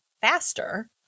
faster